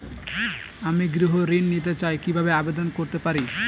আমি গৃহ ঋণ নিতে চাই কিভাবে আবেদন করতে পারি?